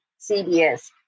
CBS